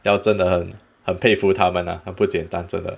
要真的很很佩服他们啊很不简单真的